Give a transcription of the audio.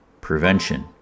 prevention